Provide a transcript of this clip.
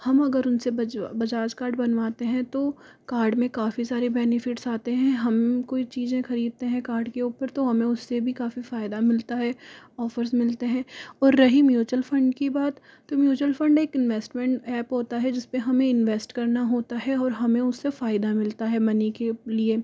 हम अगर उनसे बजा बजाज कार्ड बनवाते हैं तो कार्ड में काफ़ी सारे बेनीफिट्स आते है हम कोई चीज़ें खरीदते है कार्ड के ऊपर तो हमें उससे भी काफ़ी फायदा मिलता है ऑफर्स मिलते हैं और रही म्यूचूअल फंड की बात तो म्यूचूअल फंड एक इनवेस्टमेंट एप होता है जिसपे हमें इन्वेस्ट करना होता है और हमें उससे फायदा मिलता है मनी के के लिए